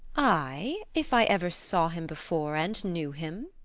ay, if i ever saw him before and knew him.